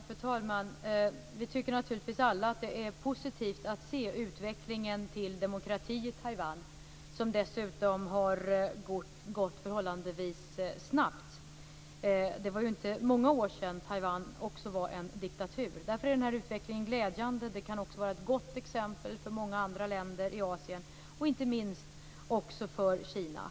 Fru talman! Vi tycker naturligtvis alla att det är positivt att se utvecklingen mot demokrati i Taiwan. Den har dessutom gått förhållandevis snabbt. Det var inte många år sedan Taiwan också var en diktatur. Därför är den här utvecklingen glädjande. Det kan också vara ett gott exempel för många andra länder i Asien, och inte minst för Kina.